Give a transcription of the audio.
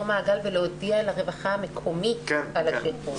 מעגל ולהודיע לרווחה המקומית על השחרור.